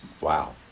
Wow